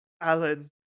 Alan